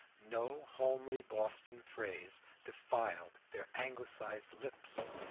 no homely boston phrase defiled their anglicized lips,